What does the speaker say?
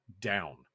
down